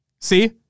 See